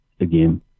again